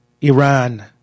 Iran